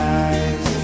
eyes